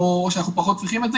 או שאנחנו פחות צריכים את זה